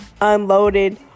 unloaded